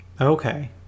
okay